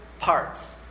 parts